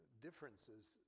differences